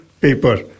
paper